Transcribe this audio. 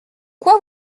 quoi